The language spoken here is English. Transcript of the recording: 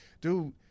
dude